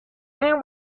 and